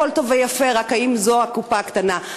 הכול טוב ויפה, רק האם זאת הקופה הקטנה?